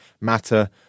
matter